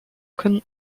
können